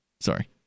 Sorry